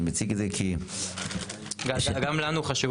אני מציג את זה כי --- גם לנו חשוב